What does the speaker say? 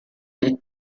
del